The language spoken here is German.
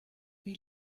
wie